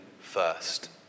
first